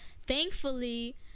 thankfully